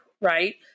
right